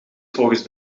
volgens